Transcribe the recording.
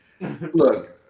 Look